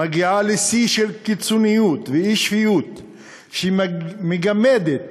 מגיעה לשיא של קיצוניות ואי-שפיות שמגמד את